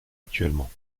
actuellement